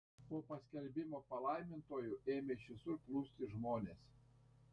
po paskelbimo palaimintuoju ėmė iš visur plūsti žmonės